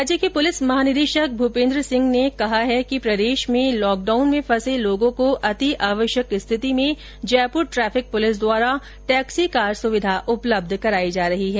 राज्य के पुलिस महानिदेशक मूपेन्द्र सिंह ने कहा है कि प्रदेश में लॉकडाउन में फंसे लोगों को अतिआवश्यक स्थिति में जयपुर ट्रेफिक पुलिस द्वारा टेक्सी कार सुविधा उपलब्ध कराई जा रही है